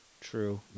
true